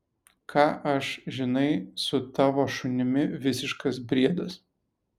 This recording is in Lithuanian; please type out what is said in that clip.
ką aš žinai su tavo šunimi visiškas briedas